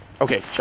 Okay